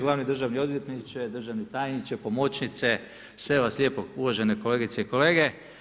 Glavni državni odvjetniče, državni tajniče, pomoćnice, sve vas lijepo, uvažene kolegice i kolege.